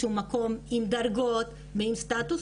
שהוא מקום עם דרגות ועם סטטוס.